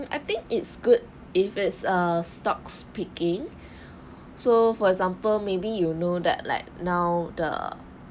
I think it's good if it's a stock's picking so for example maybe you know that like now the